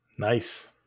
Nice